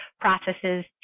processes